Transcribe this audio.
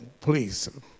please